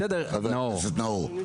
נאור,